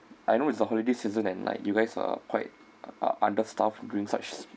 I know it's a holiday season and like you guys are quite are understaffed during such